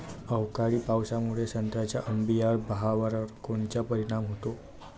अवकाळी पावसामुळे संत्र्याच्या अंबीया बहारावर कोनचा परिणाम होतो?